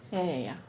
ya ya ya